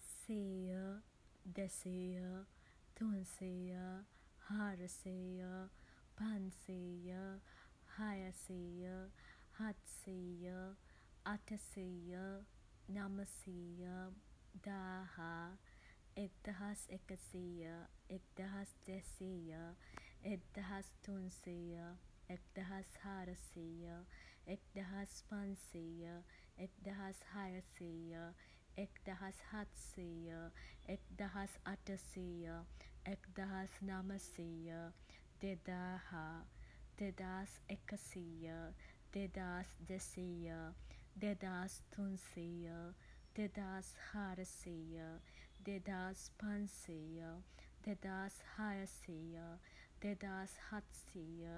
සීය, දෙසීය, තුන්සීය, හාරසීය, පන්සීය, හයසීය, හත්සීය, අටසීය, නමසීය, දාහ, එක් දහස් එකසීය, එක් දහස් දෙසීය, එක් දහස් තුන්සීය, එක් දහස් හාරසීය, එක් දහස් පන්සීය, එක් දහස් හයසීය, එක් දහස් හත්සීය, එක් දහස් අටසීය, එක් දහස් නමසීය, දෙදාහ. දෙදාස් එකසීය, දෙදාස් දෙසීය, දෙදාස් තුන්සීය, දෙදාස් හාරසීය, දෙදාස් පන්සීය, දෙදාස් හයසීය, දෙදාස් හත්සීය,